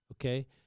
Okay